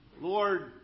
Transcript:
Lord